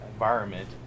Environment